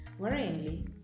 Worryingly